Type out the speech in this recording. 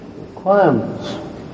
requirements